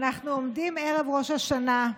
אנחנו עומדים ערב ראש השנה.